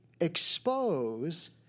expose